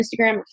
instagram